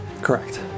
Correct